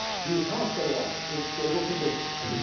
he is hospitalized in stable condition. she